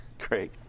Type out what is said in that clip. Great